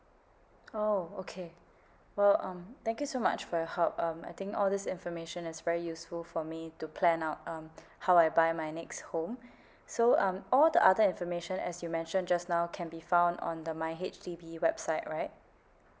oh okay well um thank you so much for your help um I think all these information is very useful for me to plan out um how I buy my next home so um all the other information as you mentioned just now can be found on the my H_D_B website right